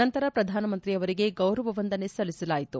ನಂತರ ಪ್ರಧಾನಮಂತ್ರಿ ಅವರಿಗೆ ಗೌರವ ವಂದನೆ ಸಲ್ಲಿಸಲಾಯಿತು